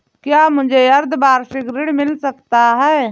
क्या मुझे अर्धवार्षिक ऋण मिल सकता है?